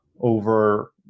over